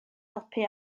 helpu